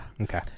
okay